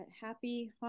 happy